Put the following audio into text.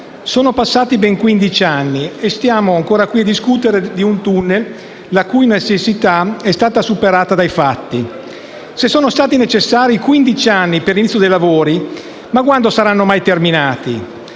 sono passati ben quindici anni e stiamo ancora qui a discutere di un tunnel la cui necessità è già stata superata nei fatti. Se sono stati necessari quindici anni per l'inizio dei lavori, quando saranno mai terminati?